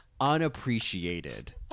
unappreciated